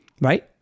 right